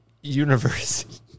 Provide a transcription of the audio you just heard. University